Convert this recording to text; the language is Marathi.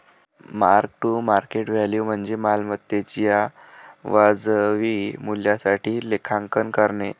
मार्क टू मार्केट व्हॅल्यू म्हणजे मालमत्तेच्या वाजवी मूल्यासाठी लेखांकन करणे